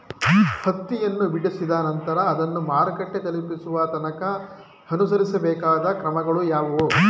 ಹತ್ತಿಯನ್ನು ಬಿಡಿಸಿದ ನಂತರ ಅದನ್ನು ಮಾರುಕಟ್ಟೆ ತಲುಪಿಸುವ ತನಕ ಅನುಸರಿಸಬೇಕಾದ ಕ್ರಮಗಳು ಯಾವುವು?